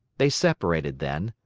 they separated then.